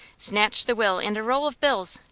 snatched the will and a roll of bills,